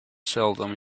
seldom